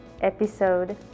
episode